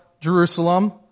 Jerusalem